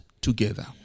together